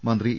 മന്ത്രി ഇ